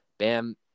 Bam